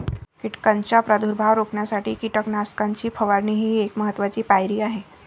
कीटकांचा प्रादुर्भाव रोखण्यासाठी कीटकनाशकांची फवारणी ही एक महत्त्वाची पायरी आहे